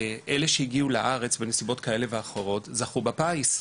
אלה שהגיעו לארץ בנסיבות כאלה ואחרות, זכו בפייס.